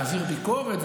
להעביר ביקורת.